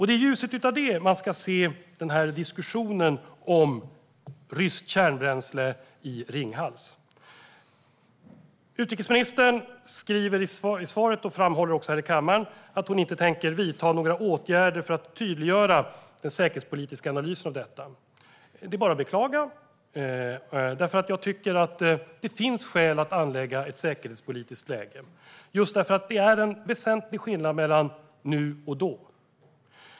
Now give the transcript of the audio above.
Det är i ljuset av det man ska se den här diskussionen om ryskt kärnbränsle i Ringhals. Utrikesministern framhåller i interpellationssvaret att hon inte tänker vidta några åtgärder för att tydliggöra den säkerhetspolitiska analysen av detta. Det är bara att beklaga. Jag tycker att det finns skäl att anlägga ett säkerhetspolitiskt perspektiv, eftersom det är en väsentlig skillnad mellan nu och då.